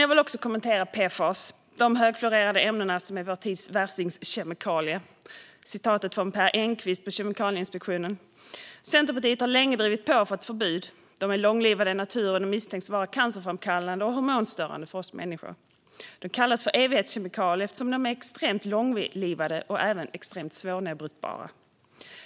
Jag vill också kommentera PFAS, de högfluorerande ämnen som är vår tids värstingkemikalier, för att citera Per Ängquist på Kemikalieinspektionen. Centerpartiet har länge drivit på för ett förbud. PFAS-ämnen är långlivade i naturen och misstänks vara cancerframkallande och hormonstörande för oss människor. De kallas evighetskemikalier eftersom de är extremt långlivade och även extremt svårnedbrytbara.